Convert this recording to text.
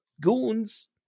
goons